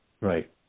Right